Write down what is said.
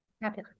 Happy